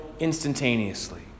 instantaneously